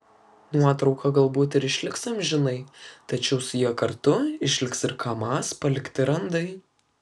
nuotrauka galbūt ir išliks amžinai tačiau su ja kartu išliks ir kamaz palikti randai